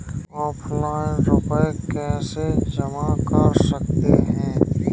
Offline रुपये कैसे जमा कर सकते हैं?